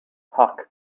puck